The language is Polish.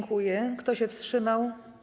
Kto się wstrzymał?